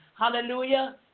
Hallelujah